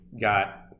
got